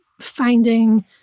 finding